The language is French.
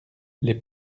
les